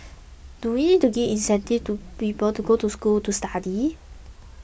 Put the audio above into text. do we need to give incentives to people to go to school to study